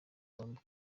tumba